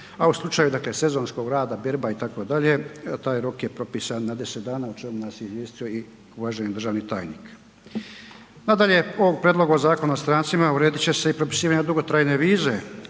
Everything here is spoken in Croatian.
a u slučaju sezonskog rada berba itd. taj rok je propisan na 10 dana o čemu nas je izvijestio i uvaženi državni tajnik. Nadalje, ovim prijedlogom Zakona o strancima uredit će se i propisivanje dugotrajne vize